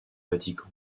vatican